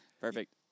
Perfect